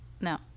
no